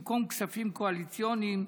כספים קואליציוניים: